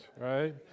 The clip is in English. right